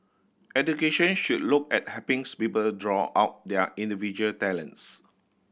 education should look at helpings people draw out their individual talents